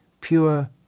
pure